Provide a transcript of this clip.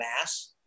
mass